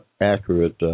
accurate